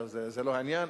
זה לא העניין,